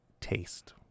taste